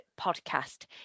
podcast